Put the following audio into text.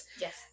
yes